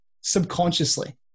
subconsciously